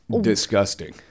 disgusting